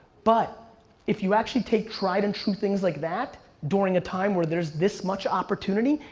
but if you actually take tried and true things like that during a time where there's this much opportunity,